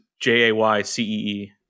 J-A-Y-C-E-E